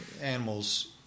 Animals